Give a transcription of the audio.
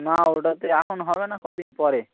না ওটাতে এখন হবে না কদিন পরে